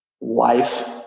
life